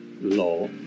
law